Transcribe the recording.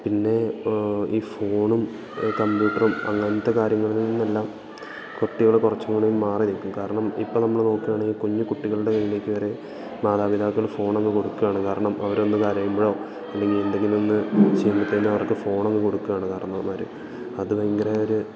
പിന്നെ ഈ ഫോണും കമ്പ്യൂട്ടറും അങ്ങനത്തെ കാര്യങ്ങളിൽ നിന്നെല്ലാം കുട്ടികള് കുറച്ചുംകൂടി മാറിനില്ക്കും കാരണം ഇപ്പോള് നമ്മള് നോക്കുകയാണെങ്കില് കുഞ്ഞു കുട്ടികളുടെ കയ്യിലേക്കു വരെ മാതാപിതാക്കൾ ഫോണങ്ങു കൊടുക്കുകയാണ് കാരണം അവരൊന്ന് കരയുമ്പോഴോ അല്ലെങ്കില് എന്തെങ്കിലുമൊന്ന് ചെയ്യുമ്പഴത്തേനോ അവർക്ക് ഫോണങ്ങ് കൊടുക്കുകയാണ് കാരണോമാര് അത് ഭയങ്കര ഒരു